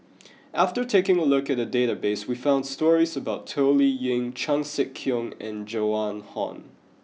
after taking a look at the database we found stories about Toh Liying Chan Sek Keong and Joan Hon